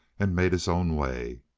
and made his own way.